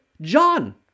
John